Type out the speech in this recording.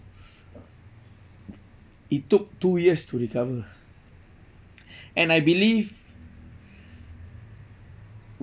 it took two years to recover and I believe